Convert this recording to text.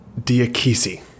Diakisi